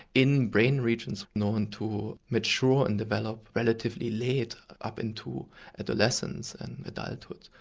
in brain regions known to mature and develop relatively late up into adolescence and adulthood.